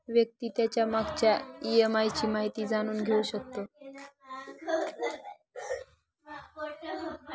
व्यक्ती त्याच्या मागच्या ई.एम.आय ची माहिती जाणून घेऊ शकतो